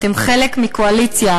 אתם חלק מקואליציה.